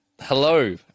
hello